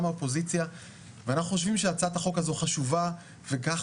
מהאופוזיציה ואנחנו חושבים שהצעת החוק הזו חשובה וכך